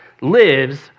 lives